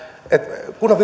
että kunnan